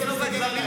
תסתכל גם עליו קצת,